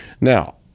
now